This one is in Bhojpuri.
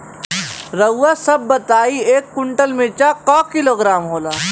रउआ सभ बताई एक कुन्टल मिर्चा क किलोग्राम होला?